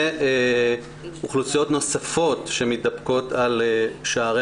ואוכלוסיות נוספות שמתדפקות על שערי